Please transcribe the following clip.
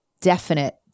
definite